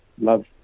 love